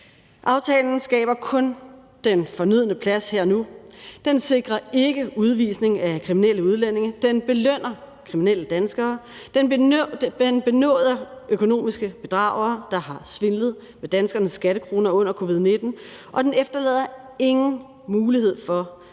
Aftalen skaber kun den fornødne plads her og nu. Den sikrer ikke udvisning af kriminelle udlændinge; den belønner kriminelle danskere, den benåder økonomiske bedragere, der har svindlet med danskernes skattekroner under covid-19-krisen, og den efterlader ingen mulighed for, at Folketinget